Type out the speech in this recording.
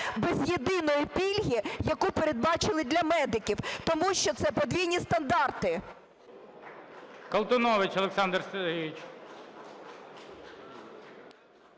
без єдиної пільги, яку передбачили для медиків. Тому що це подвійні стандарти.